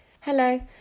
Hello